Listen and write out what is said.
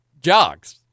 Jogs